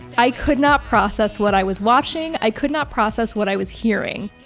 i could not process what i was watching i could not process what i was hearing.